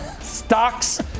Stocks